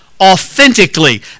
authentically